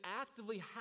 actively